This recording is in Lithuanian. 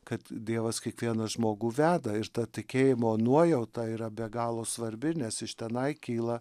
kad dievas kiekvieną žmogų veda ir ta tikėjimo nuojauta yra be galo svarbi nes iš tenai kyla